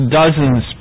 dozens